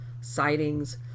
sightings